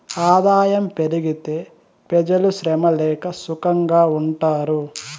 ఆదాయం పెరిగితే పెజలు శ్రమ లేక సుకంగా ఉంటారు